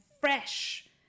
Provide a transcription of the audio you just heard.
fresh